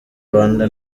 rwanda